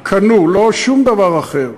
קנו, לא שום דבר אחר,